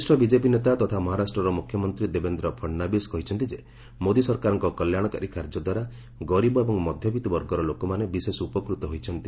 ବରିଷ୍ଣ ବିଜେପି ନେତା ତଥା ମହାରାଷ୍ଟ୍ରର ମୁଖ୍ୟମନ୍ତ୍ରୀ ଦେବେନ୍ଦ୍ର ଫଡ଼ନାବିଶ୍ କହିଛନ୍ତି ଯେ ମୋଦି ସରକାରଙ୍କ କଲ୍ୟାଶକାରୀ କାର୍ଯ୍ୟ ଦ୍ୱାରା ଗରିବ ଏବଂ ମଧ୍ୟବିତବର୍ଗର ଲୋକମାନେ ବିଶେଷ ଉପକୃତ ହୋଇଛନ୍ତି